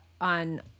on